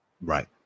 Right